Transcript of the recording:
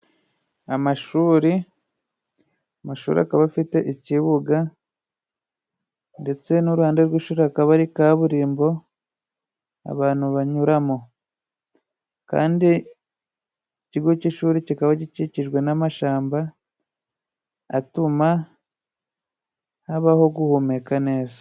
Amashuri: Amashuri akaba afite ikibuga, ndetse n'iruhande rw'ishuri hakaba hari kaburimbo abantu banyura mo. Kandi ikigi cy'ishuri kikaba gikikijwe n'amashamba atuma haba ho guhumeka neza.